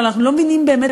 אבל אנחנו לא מבינים באמת.